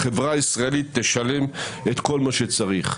החברה הישראלית תשלם את כל מה שצריך.